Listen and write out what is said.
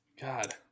God